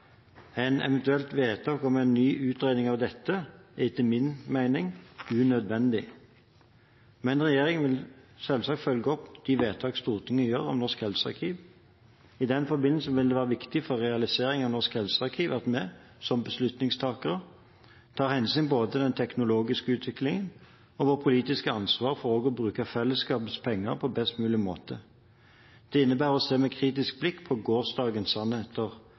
Et eventuelt vedtak om en ny utredning av dette er, etter min mening, unødvendig. Men regjeringen vil selvsagt følge opp de vedtak Stortinget gjør om Norsk helsearkiv. I den forbindelse vil det være viktig for realiseringen av Norsk helsearkiv at vi, som beslutningstakere, tar hensyn til både den teknologiske utviklingen og vårt politiske ansvar for å bruke fellesskapets penger på best mulig måte. Det innebærer å se med kritisk blikk på «gårsdagens sannheter»